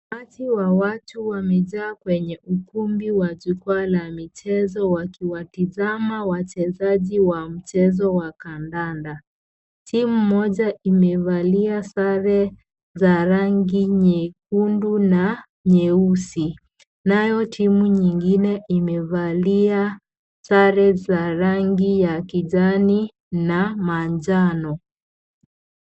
Umati wa watu umejaa kwenye ukumbi wa jukwaa la michezo wakiwatazama wachezaji wa mchezo wa kandanda ,timu moja imevalia sare za rangi nyekundu na nyeusi, nayo timu nyingine imevalia sare za rangi ya kijani na manjano.